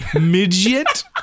Midget